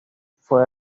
fue